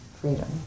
freedom